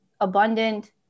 abundant